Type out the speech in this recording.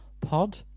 Pod